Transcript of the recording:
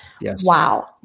Wow